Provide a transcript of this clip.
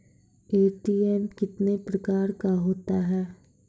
ATM कितने प्रकार का होता हैं?